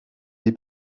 die